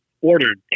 ordered